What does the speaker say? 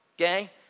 okay